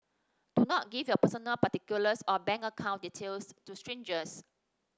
do not give your personal particulars or bank account details to strangers